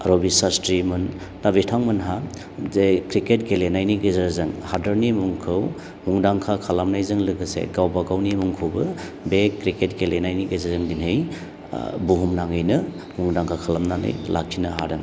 रबि सास्ट्रिमोन दा बिथांमोनहा जे क्रिकेट गेलेनायनि गेजेरजों हादोरनि मुंखौ मुंदांखा खालामनायजों लोगोसे गावबागावनि मुंखौबो बे क्रिकेट गेलेनायनि गेजेरजों दिनै बुहुम नाङैनो मुंदांखा खालामनानै लाखिनो हादों